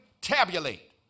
tabulate